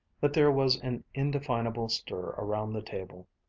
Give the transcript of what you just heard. that there was an indefinable stir around the table.